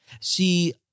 See